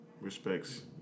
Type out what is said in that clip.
respects